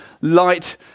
light